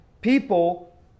people